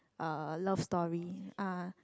uh love story ah